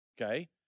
okay